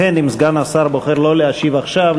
לכן אם סגן השר בוחר לא להשיב עכשיו,